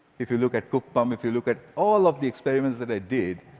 if you look at kuppam, if you look at all of the experiments that i did,